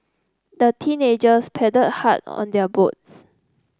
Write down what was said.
the teenagers paddled hard on their boats